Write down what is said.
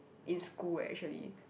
in school eh actually